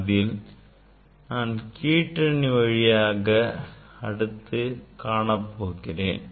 அடுத்து நான் கீற்றணி வழியாக நிறமாலை காணப் போகிறேன்